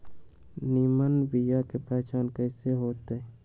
निमन बीया के पहचान कईसे होतई?